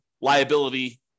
liability